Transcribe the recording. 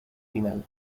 final